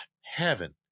heaven